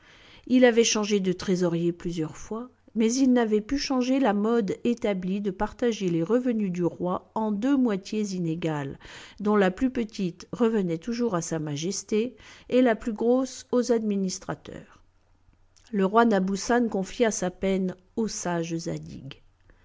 il avait changé de trésorier plusieurs fois mais il n'avait pu changer la mode établie de partager les revenus du roi en deux moitiés inégales dont la plus petite revenait toujours à sa majesté et la plus grosse aux administrateurs le roi nabussan confia sa peine au sage